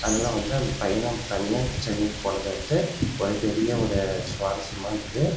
அதனால வந்து அந்த பயணம் தனியாகவே சென்னைக்கு போனது வந்து ஒரு பெரிய ஒரு சுவாரஸ்யமாக இருந்தது